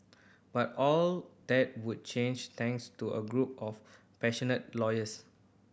but all that would change thanks to a group of passionate lawyers